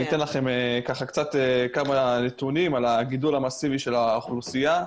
אני אתן לכם כמה נתונים על הגידול המסיבי של האוכלוסייה.